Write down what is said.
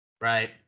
Right